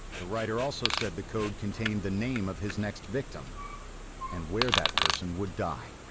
the writer also said the code contained the name of his next victim and where that person would die.